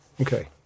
Okay